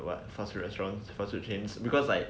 what fast food restaurants fast food chains because like